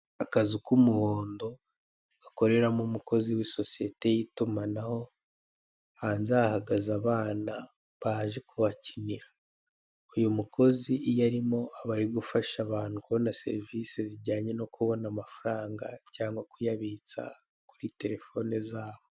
Akazu nk'umuhondo gakoreraho umukozi w'isosiyete y'itumanaho, hnze hahagaze abana baje kwakira uyu mukozi iyo arimo aba ari gufasha abantu kubona serivise zijyanye no kubona amafaranga cyangwa kuyabitsa kuri telefone zabo,